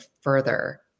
further